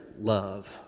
love